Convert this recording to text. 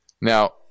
Now